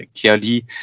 Clearly